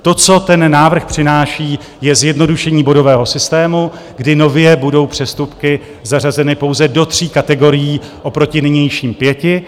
To, co ten návrh přináší, je zjednodušení bodového systému, kdy nově budou přestupky zařazeny pouze do tří kategorií oproti nynějším pěti.